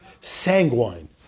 sanguine